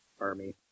army